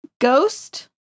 Ghost